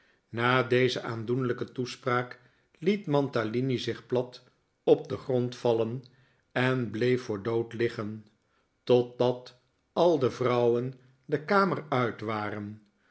na deze aandoenlijke toespraak liet mantalini zich plat op den grond vallen en bleef voor dood liggen totdat al de vrouwen de kamer uit waren